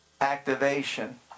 activation